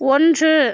ஒன்று